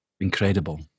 incredible